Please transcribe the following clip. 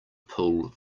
pull